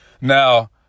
Now